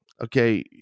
okay